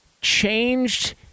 changed